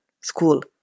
school